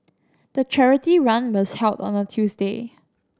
the charity run was held on a Tuesday